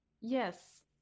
yes